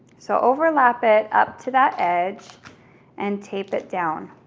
so overlap it up to that edge and tape it down.